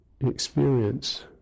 experience